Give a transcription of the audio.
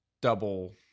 double